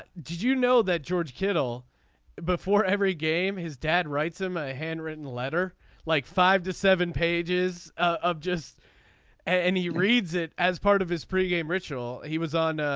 did you know that george kittle before every game his dad writes him a handwritten letter like five to seven pages of just and he reads it as part of his pregame ritual. he was on.